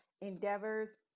endeavors